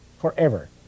forever